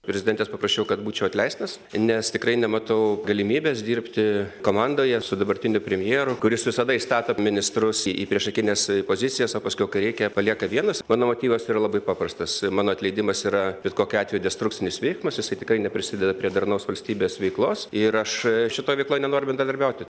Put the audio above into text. prezidentės paprašiau kad būčiau atleistas nes tikrai nematau galimybės dirbti komandoje su dabartiniu premjeru kuris visada įstato ministrus į priešakines pozicijas o paskui kai reikia palieka vienus mano motyvas yra labai paprastas mano atleidimas yra bet kokiu atveju destrukcinis veiksmas jisai tikrai neprisideda prie darnaus valstybės veiklos ir aš šita veikla nenoriu bendradarbiauti